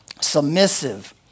submissive